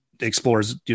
Explores